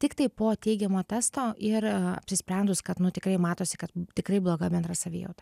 tiktai po teigiamo testo ir apsisprendus kad nu tikrai matosi kad tikrai bloga bendra savijauta